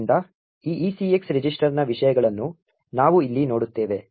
ಆದ್ದರಿಂದ ಈ ECX ರಿಜಿಸ್ಟರ್ನ ವಿಷಯಗಳನ್ನು ನಾವು ಇಲ್ಲಿ ನೋಡುತ್ತೇವೆ